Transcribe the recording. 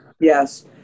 yes